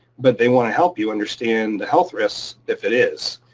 but they wanna help you understand the health risks if it is.